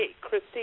Christy